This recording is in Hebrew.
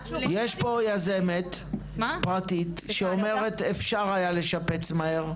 יש פה יזמת פרטית שאומרת אפשר היה לשפץ מהר,